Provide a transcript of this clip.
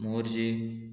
Morjim